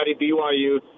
BYU –